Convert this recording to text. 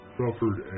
suffered